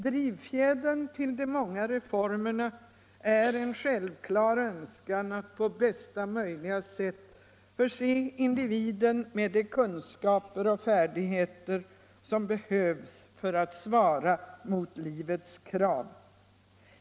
Drivfjädern till de många reformerna är en självklar önskan att på bästa möjliga sätt förse individen med de kunskaper och färdigheter som behövs för att svara mot livets krav.